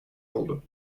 oldu